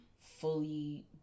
fully